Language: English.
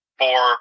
four